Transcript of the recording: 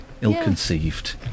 ill-conceived